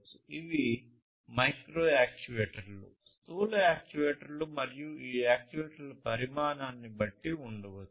ఇవి మైక్రో యాక్యుయేటర్లు స్థూల యాక్యుయేటర్లు మరియు ఈ యాక్యుయేటర్ల పరిమాణాన్ని బట్టి ఉండవచ్చు